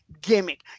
gimmick